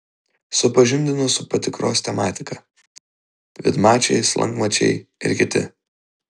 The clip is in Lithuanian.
supažindino su patikros tematika vidmačiai slankmačiai ir kiti